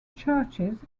churches